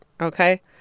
Okay